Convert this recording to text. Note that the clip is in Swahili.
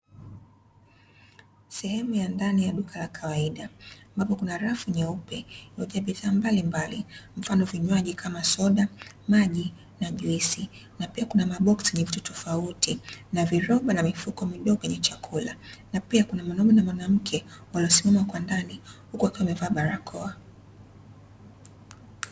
Sehemu ya ndani ya duka la kawaida, ambapo kuna rafu nyeupe iliyojaa bidhaa mbalimbali mfano vinywaji kama soda, maji na juisi, na pia kuna maboksi yenye vitu tofauti na viroba na mifuko midogo yenye chakula. Na pia kuna mwanaume na mwanamke, waliosimama kwa ndani huku wakiwa wamevaa barakoa.